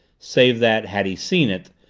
save that, had he seen it,